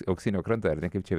auksinio kranto ar ne kaip čia